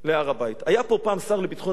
היה פה פעם שר לביטחון פנים אחד אמיץ,